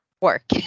work